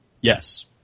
Yes